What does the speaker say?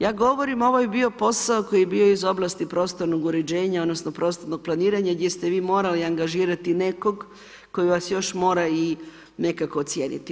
Ja govorim, ovo je bio posao koji je bio iz oblasti prostornog uređenja, odnosno, prostornog planiranja, gdje ste vi morali angažirati nekog koji vas još mora i nekako ocijeniti.